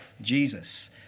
Jesus